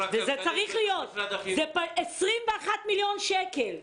זה 21 מיליון שקלים.